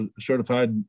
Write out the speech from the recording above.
certified